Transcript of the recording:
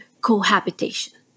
cohabitation